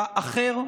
באחר,